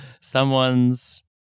someone's